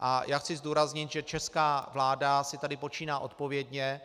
A já chci zdůraznit, že česká vláda si tady počíná odpovědně